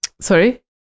sorry